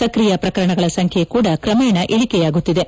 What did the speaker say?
ಸಕ್ರಿಯ ಪ್ರಕರಣಗಳ ಸಂಖ್ಯೆ ಕೂಡ ಕ್ರಮೇಣ ಇಳಿಕೆಯಾಗುತ್ತಿದೆ